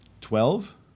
Twelve